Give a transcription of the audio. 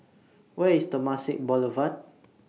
Where IS Temasek Boulevard